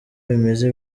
bimeze